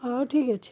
ହଉ ଠିକ୍ଅଛି